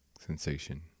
sensation